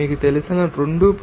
2 గా ఇస్తుంది 45